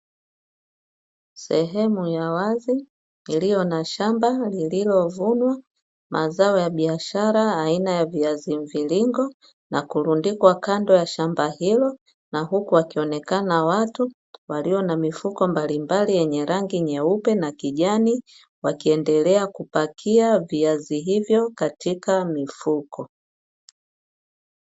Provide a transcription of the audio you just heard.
Sehemu ya wazi iliyo na shamba lililovunwa mazao ya biashara aina ya viazi mviringo, na kurundikwa kando ya shamba hilo na huku wakionekana watu walio na mifuko mbalimbali yenye rangi nyeupe na kijani wakiendelea kupakia viazi hivyo katika mifuko.